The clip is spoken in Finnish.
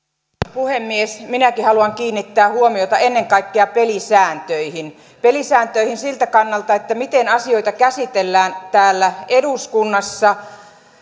puhemies minäkin haluan kiinnittää huomiota ennen kaikkea pelisääntöihin pelisääntöihin siltä kannalta miten asioita käsitellään täällä eduskunnassa